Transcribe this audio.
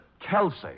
Kelsey